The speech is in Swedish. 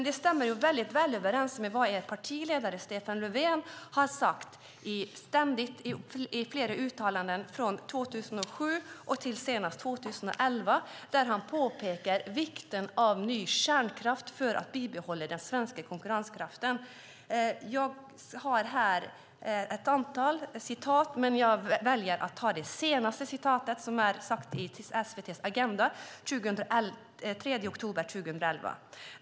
Det stämmer väldigt väl överens med vad er partiledare Stefan Löfven har sagt i flera uttalanden från 2007 till 2011. Han påpekar vikten av ny kärnkraft för att bibehålla den svenska konkurrenskraften. Jag har här ett antal uttalanden, och jag väljer att ta det senaste från SVT:s Agenda den 3 oktober 2011.